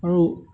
আৰু